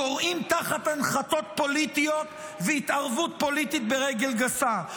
כורעים תחת הנחתות פוליטיות והתערבות פוליטית ברגל גסה,